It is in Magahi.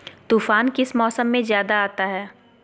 तूफ़ान किस मौसम में ज्यादा आता है?